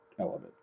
element